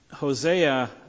Hosea